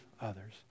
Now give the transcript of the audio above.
others